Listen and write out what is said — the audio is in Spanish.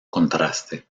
contraste